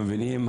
המבינים,